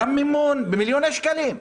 גם מימון במיליוני שקלים.